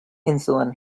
insulin